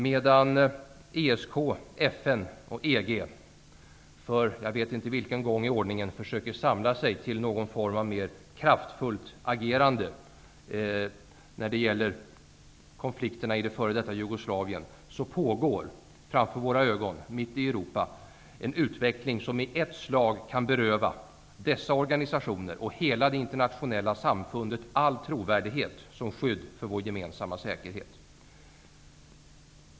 Medan ESK, FN och EG för jag vet inte vilken gång i ordningen försöker samla sig till någon form av mer kraftfullt agerande när det gäller konflikten i det f.d. Jugoslavien, pågår framför våra ögon, mitt i Europa, en utveckling som i ett slag kan beröva dessa organisationer och hela det internationella samfundet all trovärdighet som skydd för vår gemensamma säkerhet.